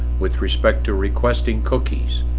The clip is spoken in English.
with respect to requesting cookies,